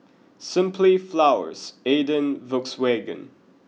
simply Flowers Aden and Volkswagen